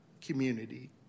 community